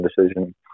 decision